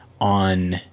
on